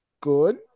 good